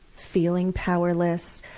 feeling powerless,